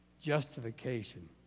justification